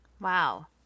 Wow